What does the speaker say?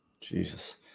Jesus